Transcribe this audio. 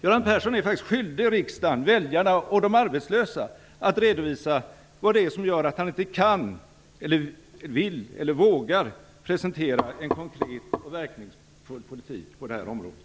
Göran Persson är faktiskt skyldig riksdagen, väljarna och de arbetslösa att redovisa vad det är som gör att han inte kan, vill eller vågar presentera en konkret och verkningsfull politik på det här området.